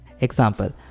Example